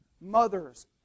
mothers